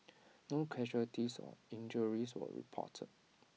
no casualties or injuries were reported